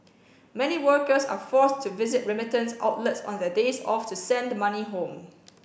many workers are forced to visit remittance outlets on their days off to send money home